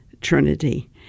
Trinity